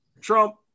Trump